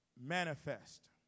manifest